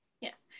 Yes